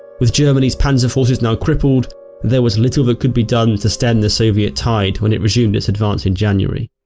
with germany's panzer forces now crippled there was little that could be done to stand the soviet tide when it resumed its advance in january.